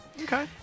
Okay